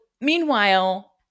meanwhile